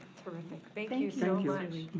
terrific. thank you so much.